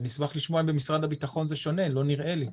אני אשמח לשמוע אם במשרד הביטחון זה שונה ,לא נראה לי.